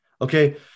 Okay